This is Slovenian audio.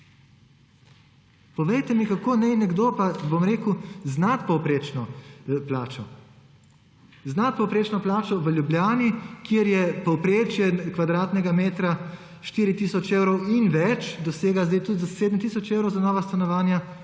rekel z nadpovprečno plačo, z nadpovprečno plačo v Ljubljani, kjer je povprečje kvadratnega metra 4 tisoč evrov in več, dosega zdaj tudi 7 tisoč evrov za nova stanovanja,